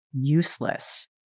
useless